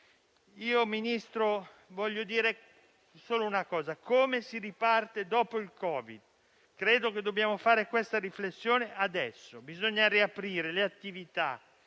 Ministra, voglio dire solo una cosa. Come si riparte dopo il Covid? Credo che dobbiamo fare questa riflessione adesso; bisogna riaprire le attività,